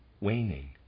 waning